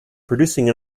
producing